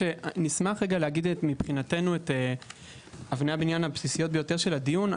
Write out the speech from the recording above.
נשמח להגיד את אבני הבניין הבסיסיות ביותר של הדיון,